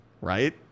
right